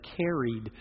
carried